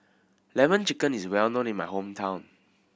Lemon Chicken is well known in my hometown